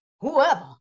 Whoever